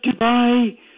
Dubai